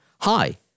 Hi